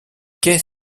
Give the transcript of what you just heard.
qu’est